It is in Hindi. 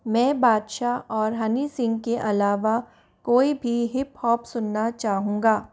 मैं बादशाह और हनी सिंह के अलावा कोई भी हिप हॉप सुनना चाहूँगा